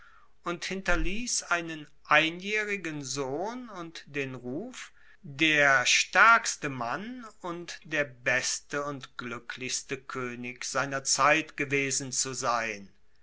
und hinterliess einen einjaehrigen sohn und den ruf der staerkste mann und der beste und gluecklichste koenig seiner zeit gewesen zu sein